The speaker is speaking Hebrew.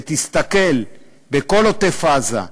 ותסתכל בכל עוטף-עזה,